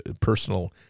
personal